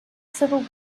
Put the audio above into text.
civil